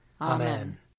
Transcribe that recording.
Amen